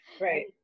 Right